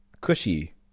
cushy